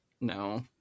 no